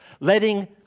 Letting